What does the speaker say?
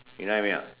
you know what I mean not